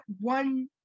one